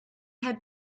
had